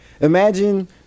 imagine